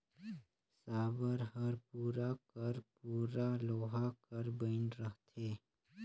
साबर हर पूरा कर पूरा लोहा कर बइन रहथे